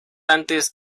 antes